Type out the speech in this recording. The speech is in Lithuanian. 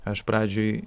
aš pradžioj